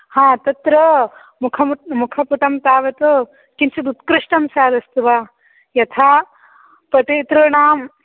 हा तत्र मुखप् मुखपुटं तावत् किञ्चिदुत्कृष्टं स्याद् अस्तु वा यथा पठेतॄणां